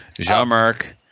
Jean-Marc